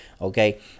okay